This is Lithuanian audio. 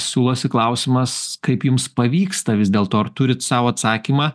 siūlosi klausimas kaip jums pavyksta vis dėl to ar turit sau atsakymą